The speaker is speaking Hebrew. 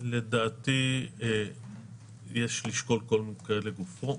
לדעתי יש לשקול כל מקרה לגופו.